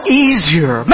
easier